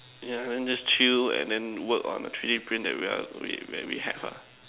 yeah then just chill and then work on the three D print that we are we we have ah